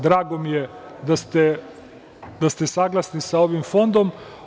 Drago mi je da ste saglasni sa ovim fondom.